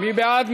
מי בעד?